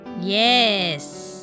Yes